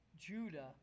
Judah